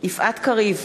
יפעת קריב,